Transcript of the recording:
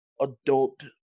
adult